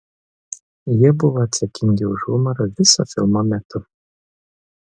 jie buvo atsakingi už humorą viso filmo metu